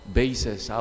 bases